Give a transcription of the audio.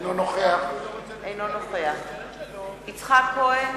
אינו נוכח יצחק כהן,